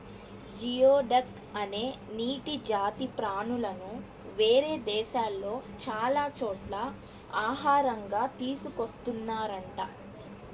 geoduck అనే నీటి జాతి ప్రాణులను వేరే దేశాల్లో చాలా చోట్ల ఆహారంగా తీసుకున్తున్నారంట